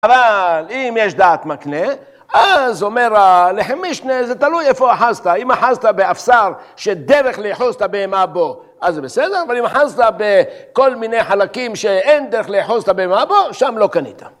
אבל אם יש דעת מקנה, אז אומר הלחם משנה, זה תלוי איפה אחזת. אם אחזת באפסר שדרך לאחוז את הבהמה בו, אז זה בסדר, אבל אם אחזת בכל מיני חלקים שאין דרך לאחוז את הבהמה בו, שם לא קנית.